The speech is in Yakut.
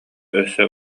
өссө